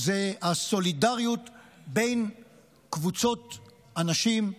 זו הסולידריות בין קבוצות אנשים,